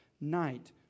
Night